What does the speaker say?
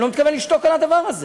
אני לא מתכוון לשתוק על הדבר הזה.